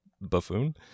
buffoon